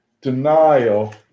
denial